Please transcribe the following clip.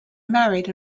married